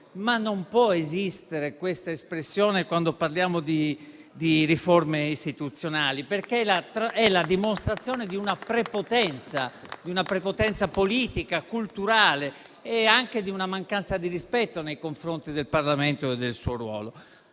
ma non può esistere questa espressione quando parliamo di riforme istituzionali. È infatti la dimostrazione di una prepotenza politica, culturale e anche di una mancanza di rispetto nei confronti del Parlamento e del suo ruolo.